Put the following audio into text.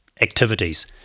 activities